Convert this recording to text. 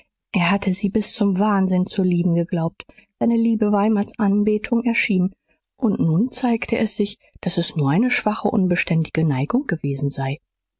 er hatte sie bis zum wahnsinn zu lieben geglaubt seine liebe war ihm als anbetung erschienen und nun zeigte es sich daß es nur eine schwache unbeständige neigung gewesen sei